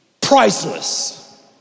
priceless